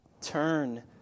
Turn